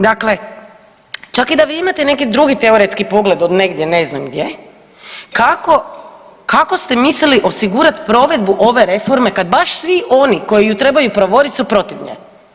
Dakle, čak i da vi imate neke drugi teoretski pogled od negdje, ne znam gdje, kako ste mislili osigurati provedbu ove reforme kad baš svi oni koji ju trebaju provoditi su protiv nje?